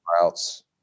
routes